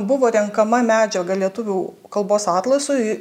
buvo renkama medžiaga lietuvių kalbos atlasui